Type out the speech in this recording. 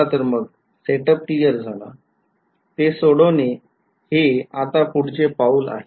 चला तर मग सेटअप क्लिअर झाला ते सोडवणे हे आता पुढचे पॉल आहे